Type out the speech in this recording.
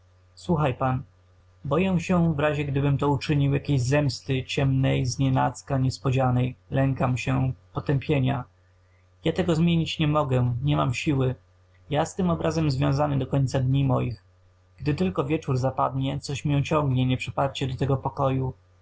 słuchaj pan boję się w razie gdybym to uczynił jakiejś zemsty ciemnej z nienacka niespodzianej lękam się potępienia ja tego zmieniać nie mogę nie mam siły ja z tym obrazem związany do końca dni moich gdy tylko wieczór zapadnie coś mię ciągnie nieprzeparcie do tego pokoju